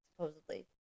supposedly